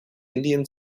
indian